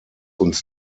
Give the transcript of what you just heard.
uns